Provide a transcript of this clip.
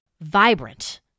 vibrant